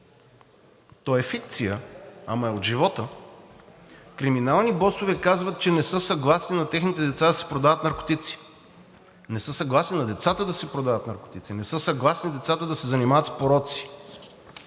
то е фикция, ама е от живота, криминални босове казват, че не са съгласни на техните деца да се продават наркотици, не са съгласни на децата да се продават наркотици, не са съгласни децата да се занимават с пороци.